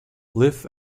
live